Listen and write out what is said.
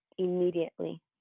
immediately